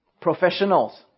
Professionals